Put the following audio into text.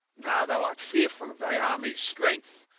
now, thou art fearful of thy army's strength,